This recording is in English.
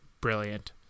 brilliant